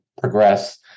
progress